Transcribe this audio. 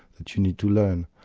that you need to learn.